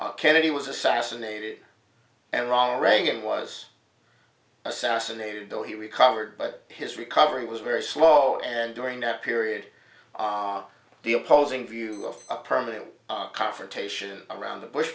failed kennedy was assassinated and ronald reagan was assassinated though he recovered but his recovery was very slow and during that period the opposing view of a permanent confrontation around the bush